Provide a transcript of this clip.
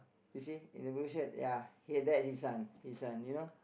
you see in the blue shirt ya he had that his son his son you know